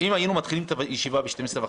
אם היינו מתחילים את הישיבה ב-12:30,